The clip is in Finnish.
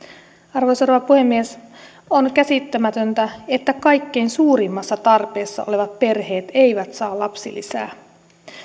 arvoisa rouva puhemies on käsittämätöntä että kaikkein suurimmassa tarpeessa olevat perheet eivät saa lapsilisää